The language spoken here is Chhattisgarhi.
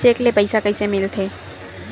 चेक ले पईसा कइसे मिलथे?